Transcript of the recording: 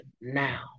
now